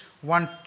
one